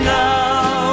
now